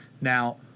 Now